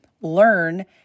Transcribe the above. learn